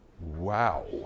Wow